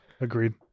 agreed